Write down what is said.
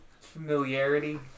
familiarity